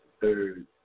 third